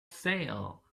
sale